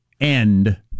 end